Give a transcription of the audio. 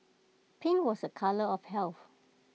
pink was A colour of health